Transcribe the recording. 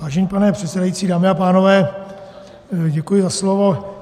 Vážený pane předsedající, dámy a pánové, děkuji za slovo.